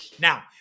Now